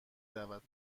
دعوت